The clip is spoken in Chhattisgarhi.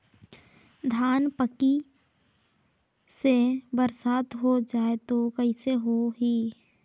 धान पक्की से बरसात हो जाय तो कइसे हो ही?